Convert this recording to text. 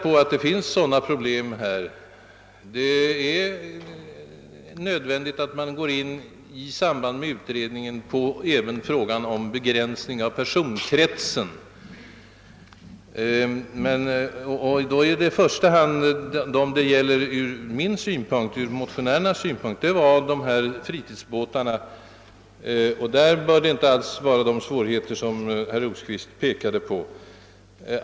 Även jag har i mitt första anförande erinrat om att det finns vissa problem i detta sammanhang; det är t.ex. nödvändigt att utredningen tar upp frågan om hur en begränsning av personkretsen skall ske. Vad vi motionärer i första hand inriktat oss på är fritids båtarna, och därvidlag bör det inte alls föreligga sådana svårigheter som herr Rosqvist pekade på.